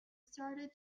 started